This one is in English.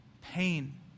pain